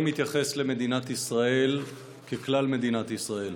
אני מתייחס למדינת ישראל ככלל מדינת ישראל.